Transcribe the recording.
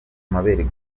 amabere